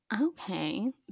Okay